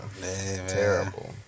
terrible